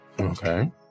Okay